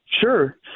Sure